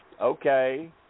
okay